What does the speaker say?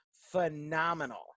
phenomenal